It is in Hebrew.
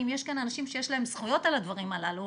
אם יש כאן אנשים שיש להם זכויות על הדברים הללו,